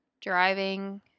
driving